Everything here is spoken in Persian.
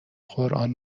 قران